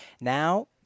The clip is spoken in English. Now